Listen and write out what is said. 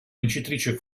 vincitrice